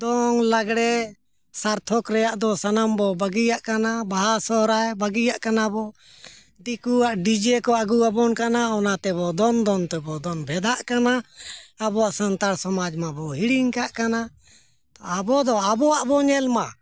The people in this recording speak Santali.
ᱫᱚᱝ ᱞᱟᱜᱽᱬᱮ ᱥᱟᱨᱛᱷᱚᱠ ᱨᱮᱱᱟᱜ ᱫᱚ ᱥᱟᱱᱟᱢ ᱵᱚᱱ ᱵᱟᱹᱜᱤᱭᱟᱜ ᱠᱟᱱᱟ ᱵᱟᱦᱟ ᱥᱚᱦᱨᱟᱭ ᱵᱟᱹᱜᱤᱭᱟᱜ ᱠᱟᱱᱟ ᱵᱚᱱ ᱫᱤᱠᱩᱣᱟᱜ ᱰᱤᱡᱮ ᱠᱚ ᱟᱹᱜᱩᱣᱟᱵᱚᱱ ᱠᱟᱱᱟ ᱚᱱᱟ ᱛᱮᱵᱚᱱ ᱫᱚᱱ ᱫᱚᱱ ᱛᱮᱵᱚᱱ ᱫᱚᱱ ᱵᱷᱮᱫᱟᱜ ᱠᱟᱱᱟ ᱟᱵᱚᱣᱟᱜ ᱥᱟᱱᱛᱟᱲ ᱥᱚᱢᱟᱡᱽ ᱢᱟᱵᱚᱱ ᱦᱤᱲᱤᱧ ᱠᱟᱜ ᱠᱟᱱᱟ ᱟᱵᱚ ᱫᱚ ᱟᱵᱚᱣᱟᱜ ᱵᱚᱱ ᱧᱮᱞ ᱢᱟ